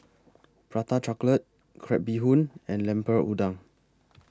Prata Chocolate Crab Bee Hoon and Lemper Udang